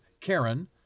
Karen